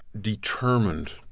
determined